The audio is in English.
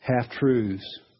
half-truths